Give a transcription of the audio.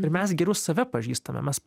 ir mes geriau save pažįstame mes